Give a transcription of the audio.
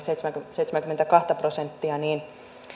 seitsemänkymmentäkaksi prosenttia niin